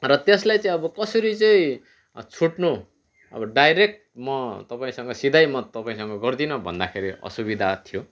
र त्यसलाई चाहिँ अब कसरी चाहिँ छुट्नु अब डाइरेक्ट म तपाईँसँग सिधैँ म तपाईँसँग गर्दिनँ भन्दाखेरि असुविधा थियो